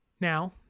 Now